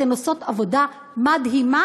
אתן עושות עבודה מדהימה.